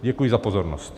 Děkuji za pozornost.